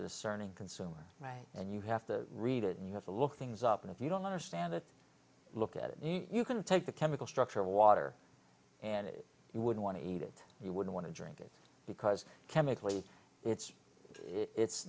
discerning consumer right and you have to read it you have to look things up and if you don't understand it look at it and you can take the chemical structure of water and it would want to eat it you would want to drink it because chemically it's it's